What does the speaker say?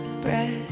breath